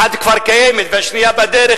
אחת כבר קיימת והשנייה בדרך,